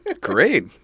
Great